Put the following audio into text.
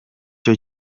cyo